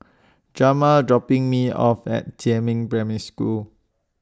Jamar dropping Me off At Jiemin Primary School